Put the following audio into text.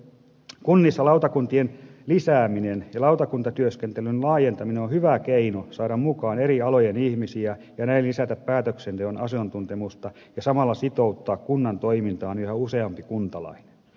kunnissa lautakun tien lisääminen ja lautakuntatyöskentelyn laajentaminen ovat hyviä keinoja saada mukaan eri alojen ihmisiä ja näin lisätä päätöksenteon asiantuntemusta ja samalla sitouttaa kunnan toimintaan yhä useampi kuntalainen